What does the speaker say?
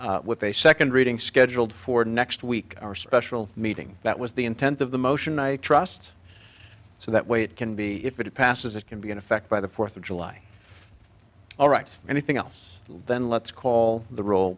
a second reading scheduled for next week our special meeting that was the intent of the motion i trust so that way it can be if it passes it can be in effect by the fourth of july all right anything else then let's call the r